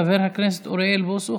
חבר הכנסת אוריאל בוסו,